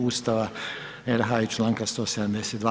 Ustava RH i članka 172.